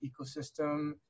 ecosystem